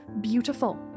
beautiful